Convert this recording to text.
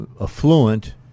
affluent